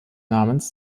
namens